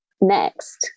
next